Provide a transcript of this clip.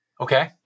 Okay